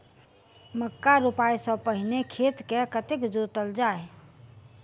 मक्का रोपाइ सँ पहिने खेत केँ कतेक जोतल जाए?